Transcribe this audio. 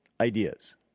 ideas